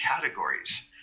categories